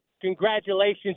Congratulations